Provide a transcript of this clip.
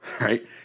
right